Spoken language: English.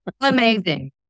amazing